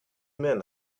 men